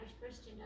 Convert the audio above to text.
Christian